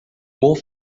more